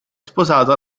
sposato